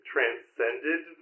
transcended